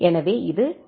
எனவே இது டி